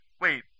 wait